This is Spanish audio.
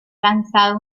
lanzado